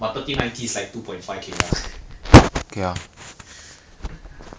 but afterwards right as about as he is about to finish his second skill I just first skill dash in second skill